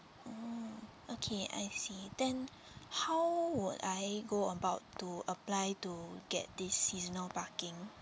mm okay I see then how would I go about to apply to get this seasonal parking